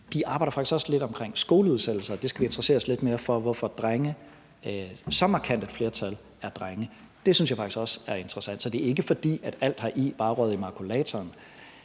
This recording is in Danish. De arbejder faktisk også lidt omkring skoleudsættelse, og vi skal interessere os lidt mere for, hvorfor så markant et flertal er drenge. Det synes jeg faktisk også er interessant. Så det er ikke, fordi alt heri bare er røget i makulatoren.